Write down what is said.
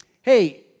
hey